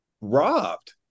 robbed